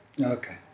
Okay